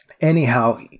anyhow